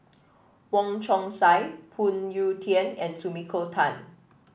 Wong Chong Sai Phoon Yew Tien and Sumiko Tan